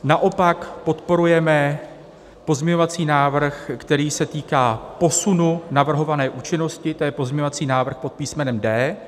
Naopak podporujeme pozměňovací návrh, který se týká posunu navrhované účinnosti, to je pozměňovací návrh pod písmenem D.